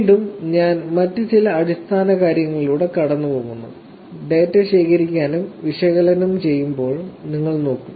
വീണ്ടും ഞാൻ മറ്റ് ചില അടിസ്ഥാന കാര്യങ്ങളിലൂടെ കടന്നുപോകുന്നു ഡാറ്റ ശേഖരിക്കുമ്പോഴും വിശകലനം ചെയ്യുമ്പോഴും നിങ്ങൾ നോക്കും